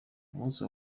umunsi